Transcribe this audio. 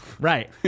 right